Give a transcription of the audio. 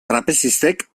trapezistek